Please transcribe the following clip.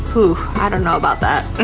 ooh, i don't know about that. yeah,